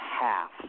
half